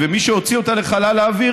ומי שהוציא אותה לחלל האוויר,